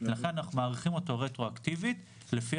לכן אנחנו מאריכים אותו רטרואקטיבית לפי